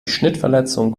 schnittverletzung